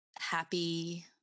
happy